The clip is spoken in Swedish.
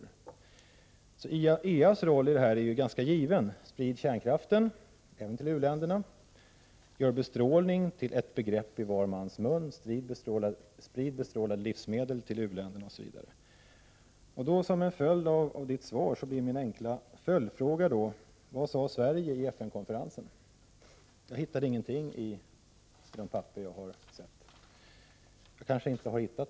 IAEA: s rolli det här sammanhanget är ju ganska given: sprid kärnkraften, även till u-länderna, gör bestrålning till ett begrepp i var mans mun, sprid bestrålade livsmedel till u-länderna, osv. Med anledning av Mats Hellströms svar blir min enkla följdfråga: Vad sade Sverige vid FN-konferensen? Jag hittade ingenting i de papper jag har sett.